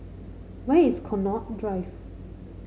where is Connaught Drive